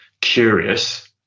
curious